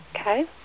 okay